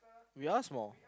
we are small